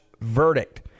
verdict